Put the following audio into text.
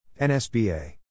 NSBA